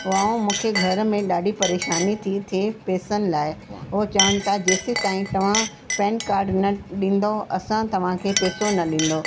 ऐं मूंखे घर में ॾाढी परेशानी थी थिए पैसनि लाइ हू चवनि था जेसिताईं तव्हां पेनकार्ड न ॾींदव असां तव्हांखे पैसो न ॾींदो